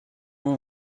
vous